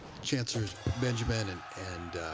chancellors benjamin and and